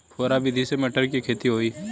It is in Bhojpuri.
फुहरा विधि से मटर के खेती होई